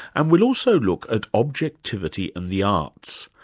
and we'll also look at objectivity and the arts.